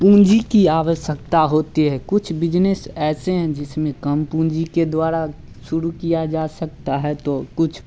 पूँजी की आवश्यकता होती है कुछ बिजनेस ऐसे हैं जिसमें कम पूँजी के द्वारा शुरू किया जा सकता है तो कुछ